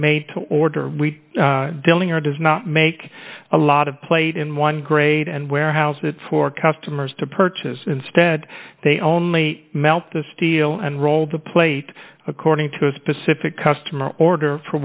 made to order we dillinger does not make a lot of plate in one grade and warehouses for customers to purchase instead they only melt the steel and roll the plate according to a specific customer order for